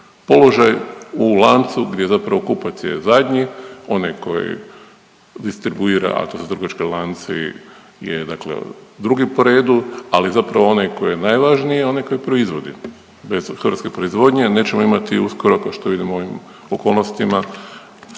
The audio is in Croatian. položaj u lancu gdje zapravo kupac je zadnji, onaj koji distribuira a to su trgovački lanci je dakle drugi po redu. Ali zapravo onaj koji je najvažniji je onaj koji proizvodi. Recimo hrvatske proizvodnje nećemo imati uskoro kao što vidimo u ovim okolnostima